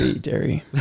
dairy